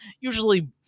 usually